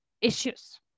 issues